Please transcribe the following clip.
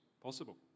possible